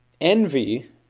Envy